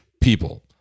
people